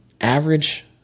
Average